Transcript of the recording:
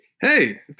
Hey